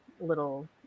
little